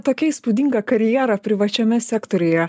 tokia įspūdinga karjera privačiame sektoriuje